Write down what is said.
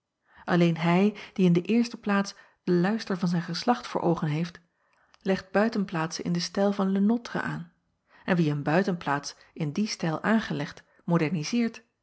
lleen hij die in de eerste plaats den luister van zijn geslacht voor oogen heeft legt buitenplaatsen in den stijl van e ôtre aan en wie een buitenplaats in dien stijl aangelegd